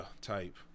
type